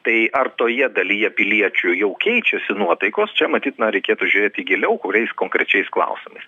tai ar toje dalyje piliečių jau keičiasi nuotaikos čia matyt na reikėtų žiūrėti giliau kuriais konkrečiais klausimais